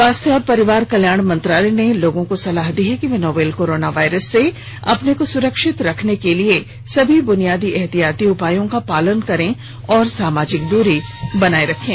स्वास्थ्य और परिवार कल्याण मंत्रालय ने लोगों को सलाह दी है कि वे नोवल कोरोना वायरस से अपने को सुरक्षित रखने के लिए सभी बुनियादी एहतियाती उपायों का पालन करें और सामाजिक दूरी बनाए रखें